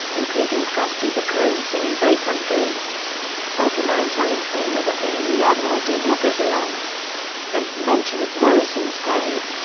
including krusty the klown singing break on through otto mann telling homer that me and the admiral do not get along and mention of morrison's grave.